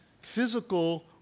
physical